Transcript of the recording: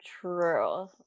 true